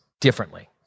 differently